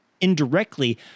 indirectly